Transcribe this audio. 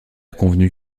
convenu